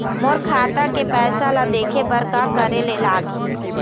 मोर खाता के पैसा ला देखे बर का करे ले लागही?